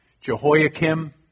Jehoiakim